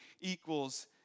equals